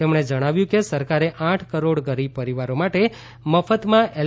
તેમણે જણાવ્યુ કે સરકારે આઠ કરોડ ગરીબ પરીવારો માટે મફતામાં એલ